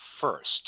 first